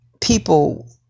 people